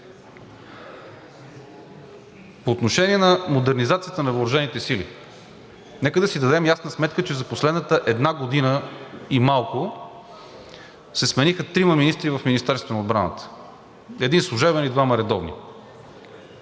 По отношение на модернизацията на въоръжените сили. Нека да си дадем ясна сметка, че за последната една година и малко се смениха трима министри в Министерството на отбраната – един служебен и двама редовни,